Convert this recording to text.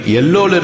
Yellow